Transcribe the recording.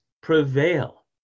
prevail